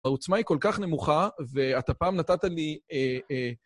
העוצמה היא כל כך נמוכה, ואתה פעם נתת לי...